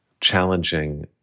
challenging